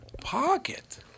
Pocket